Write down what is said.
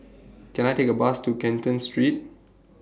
Can I Take A Bus to Canton Street